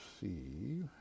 see